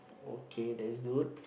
okay that's good